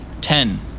Ten